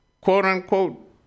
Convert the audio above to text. quote-unquote